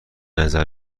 نظر